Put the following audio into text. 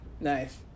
Nice